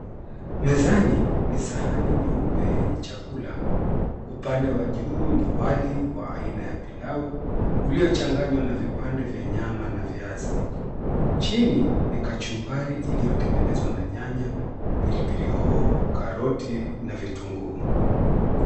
Mezani, ni sahani nyeupe yenye chakula. Upande wa juu ni wali wa aina ya pilau uliochanganywa na vipande vya nyama na viazi. Chini ni kachumbari iliyotengenezwa na nyanya, pilipili hoho, karoti na vitunguu.